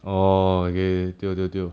orh okay 对对对